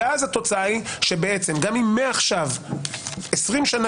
ואז התוצאה היא שבעצם גם אם מעכשיו 20 שנים